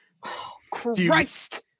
Christ